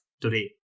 today